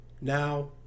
now